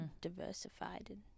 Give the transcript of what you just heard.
diversified